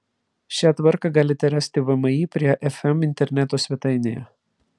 šią tvarką galite rasti vmi prie fm interneto svetainėje